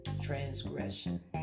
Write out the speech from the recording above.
transgression